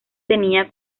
tenía